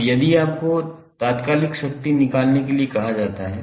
अब यदि आपको तात्कालिक शक्ति निकालने के लिए कहा जाता है